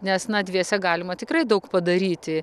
nes na dviese galima tikrai daug padaryti